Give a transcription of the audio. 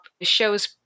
shows